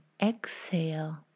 exhale